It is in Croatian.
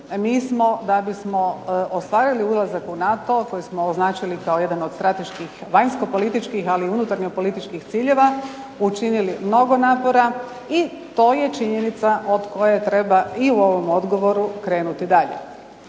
Mi smo da bismo ostvarili ulazak u NATO koji smo označili kao jedan od strateških vanjskopolitičkih ali i unutarnjopolitičkih ciljeva, učinili mnogo napora i to je činjenica od koje treba i u ovom odgovoru krenuti dalje.